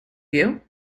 you